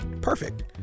perfect